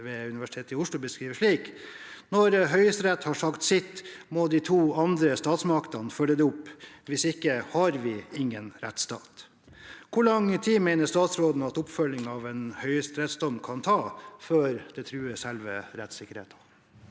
ved UiO, beskriver slik: «Når Høyesterett har sagt sitt, må de to andre statsmaktene følge det opp. Hvis ikke har vi ingen rettsstat.» Hvor lang tid mener statsråden at oppfølging av en høyesterettsdom kan ta, før det truer selve rettsstaten?»